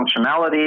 functionality